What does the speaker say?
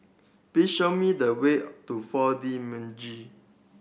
please show me the way to Four D